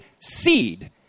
seed